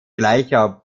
gleicher